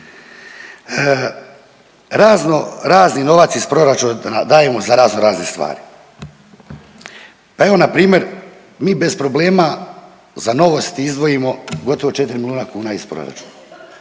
Raznorazni novac iz proračuna dajemo za raznorazne stvari pa evo npr. mi bez problema za novosti izdvojimo gotovo 4 milijuna kuna iz proračuna,